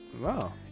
Wow